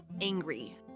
angry